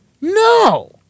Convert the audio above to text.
no